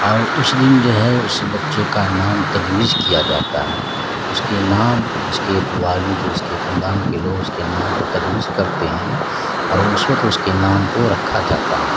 اور اس دن جو ہے اس بچے کا نام تجویز کیا جاتا ہے اس کے نام اس کے والد اس کے خاندان کے لوگ اس کے نام کو تجویز کرتے ہیں اور اس وت اس کے نام کو رکھا جاتا ہے